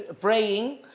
praying